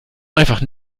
einfach